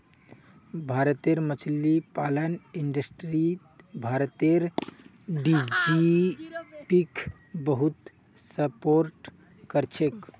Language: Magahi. भारतेर मछली पालन इंडस्ट्री भारतेर जीडीपीक बहुत सपोर्ट करछेक